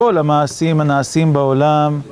כל המעשים הנעשים בעולם